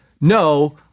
no